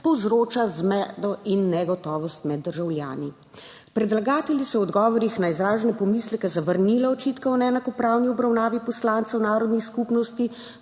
povzroča zmedo in negotovost med državljani. Predlagateljica je v odgovorih na izražene pomisleke zavrnila očitke o neenakopravni obravnavi poslancev narodnih skupnosti